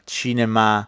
cinema